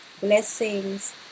Blessings